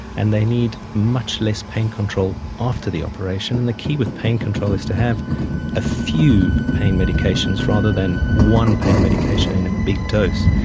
and they need much less pain control after the operation. and the key with pain control is to have a few pain medications rather than one pain medication in a big dose.